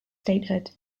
statehood